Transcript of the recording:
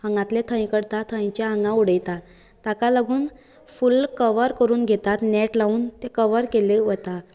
हांगातले थंय करता थंयचे हांगा उडयता ताका लागून फुल्ल कवर करून घेतात नॅट लावून तें कवर केल्लें वता